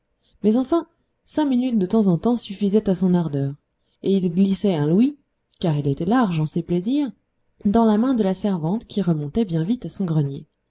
mais enfin cinq minutes de temps en temps suffisaient à son ardeur et il glissait un louis car il était large en ses plaisirs dans la main de la servante qui remontait bien vite à son grenier